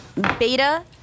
beta